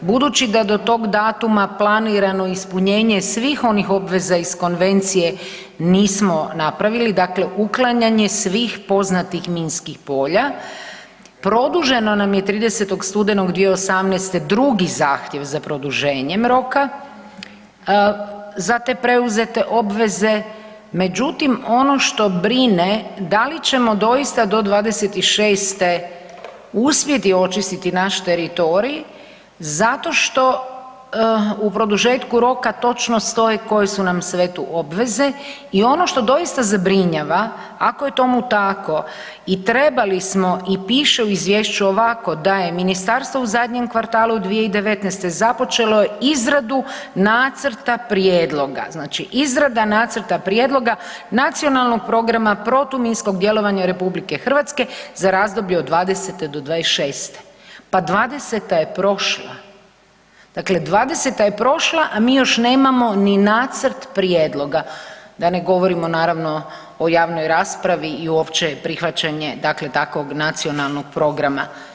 Budući da do tog datuma planirano ispunjenje svih onih obveza iz konvencije nismo napravili, dakle uklanjanje svih poznatih minskih polja produženo nam je 30. studenog 2018. drugi zahtjev za produženjem roka za te preuzete obveze, međutim ono što brine da li ćemo doista do '26.-te uspjeti očistiti naš teritorij zato što u produžetku roka točno stoji koje su nam sve tu obveze i ono što doista zabrinjava ako je tomu tako i trebali smo i piše u izvješću ovako da je ministarstvo u zadnjem kvartalu 2019.-te započelo izradu nacrta prijedloga, znači izrada nacrta prijedloga Nacionalnog programa protuminskog djelovanja RH za razdoblje od '20. do '26., pa '20.-ta je prošla, dakle '20.-ta je prošla a mi još nemamo ni nacrt prijedloga da ne govorimo naravno o javnoj raspravi i uopće prihvaćanje dakle takvog nacionalnog programa.